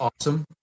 awesome